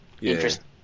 interesting